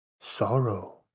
sorrow